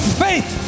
faith